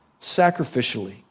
sacrificially